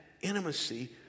intimacy